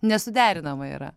nesuderinama yra